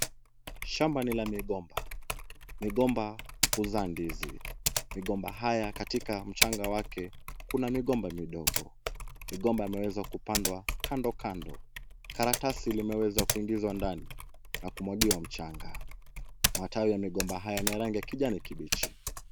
Shamba ni la migomba. Migomba huzaa ndizi. Migomba haya katika mchanga wake kuna migomba midogo. Migomba imeweza kupandwa kando kando. Karatasi limeweza kuingizwa ndani na kumwagiwa mchanga. Matawi ya migomba haya ni ya rangi ya kijani kibichi.